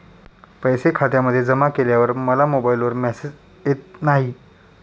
पैसे खात्यामध्ये जमा केल्यावर मला मोबाइलवर मेसेज येत नाही?